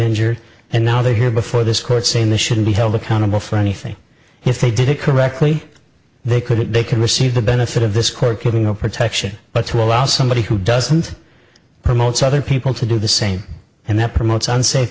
injured and now they're here before this court saying this shouldn't be held accountable for anything if they did it correctly they could they can receive the benefit of this court with no protection but to allow somebody who doesn't promotes other people to do the same and that promotes unsafe